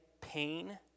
pain